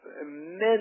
immense